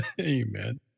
Amen